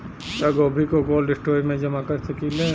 क्या गोभी को कोल्ड स्टोरेज में जमा कर सकिले?